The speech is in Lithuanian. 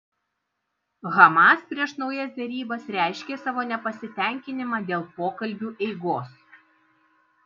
hamas prieš naujas derybas reiškė savo nepasitenkinimą dėl pokalbių eigos